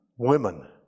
Women